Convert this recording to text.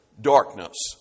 darkness